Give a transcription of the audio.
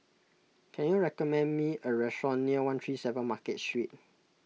can you recommend me a restaurant near one three seven Market Street